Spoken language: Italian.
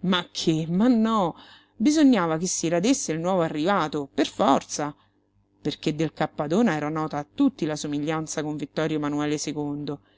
ma che ma no bisognava che si radesse il nuovo arrivato per forza perché del cappadona era nota a tutti la somiglianza con vittorio emanuele